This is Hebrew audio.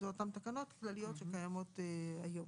אלה אותן תקנות כלליות שקיימות היום.